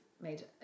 made